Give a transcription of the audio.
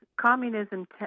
Communism